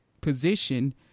position